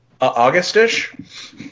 August-ish